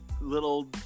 little